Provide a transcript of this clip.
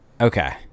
Okay